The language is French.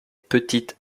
petite